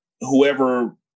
whoever